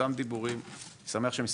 אותם דיבורים,